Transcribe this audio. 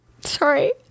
sorry